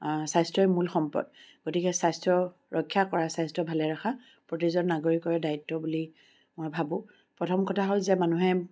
স্বাস্থ্যই মূল সম্পদ গতিকে স্বাস্থ্য ৰক্ষা কৰা স্বাস্থ্য ভালে ৰখা প্ৰতিজন নাগৰিকৰে দায়িত্ব বুলি মই ভাবোঁ প্ৰথম কথা হ'ল যে মানুহে